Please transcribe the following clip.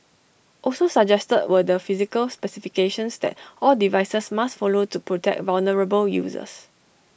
also suggested were the physical specifications that all devices must follow to protect vulnerable users